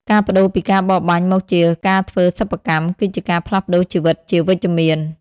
ការប្តូរពីការបរបាញ់មកជាការធ្វើសិប្បកម្ម គឺជាការផ្លាស់ប្តូរជីវិតជាវិជ្ជមាន។